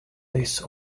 this